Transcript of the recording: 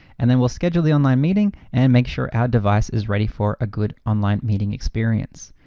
and then we'll schedule the online meeting and make sure our device is ready for a good online meeting experience.